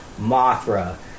mothra